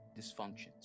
dysfunctions